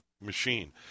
machine